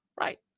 right